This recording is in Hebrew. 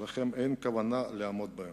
שאין לכם כוונה לעמוד בהן.